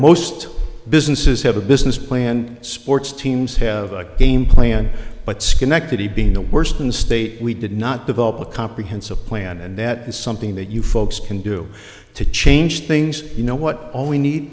most businesses have a business plan sports teams have a game plan but schenectady being the worst in the state we did not develop a comprehensive plan and that is something that you folks can do to change things you know what all we need